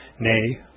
nay